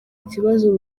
ikibazo